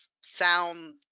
sound